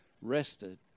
rested